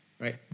right